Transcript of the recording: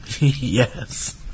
yes